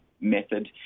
method